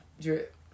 Drip